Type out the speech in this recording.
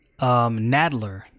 Nadler